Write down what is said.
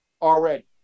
already